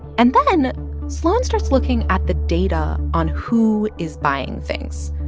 and then sloan starts looking at the data on who is buying things,